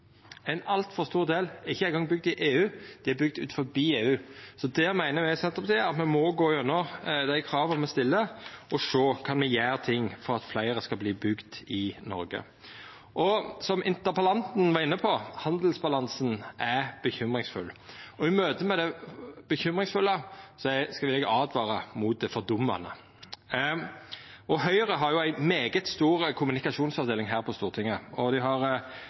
Ein altfor stor del av dei er ikkje ein gong bygde i EU, dei er bygde utanfor EU. Senterpartiet meiner at me må gå gjennom dei krava me stiller, og sjå om me kan gjera ting for at fleire skal verta bygde i Noreg. Som interpellanten var inne på; handelsbalansen er bekymringsfull. I møte med det bekymringsfulle vil eg åtvara mot det fordummande. Høgre har ei veldig stor kommunikasjonsavdeling på Stortinget, og dei har